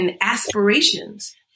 aspirations